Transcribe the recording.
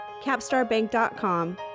capstarbank.com